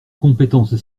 compétences